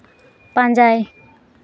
ᱯᱟᱸᱡᱟᱭ